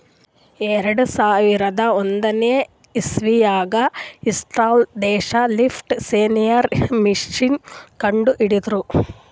ಎರಡು ಸಾವಿರದ್ ಒಂದನೇ ಇಸವ್ಯಾಗ್ ಇಸ್ರೇಲ್ ದೇಶ್ ಲೀಫ್ ಸೆನ್ಸರ್ ಮಷೀನ್ ಕಂಡು ಹಿಡದ್ರ